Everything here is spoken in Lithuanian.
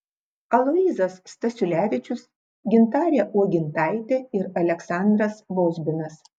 aloyzas stasiulevičius gintarė uogintaitė ir aleksandras vozbinas